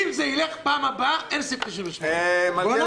אם זה ילך בפעם הבאה אין סעיף 98. יהיו הרבה